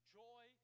joy